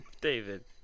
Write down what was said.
David